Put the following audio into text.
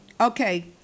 Okay